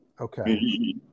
Okay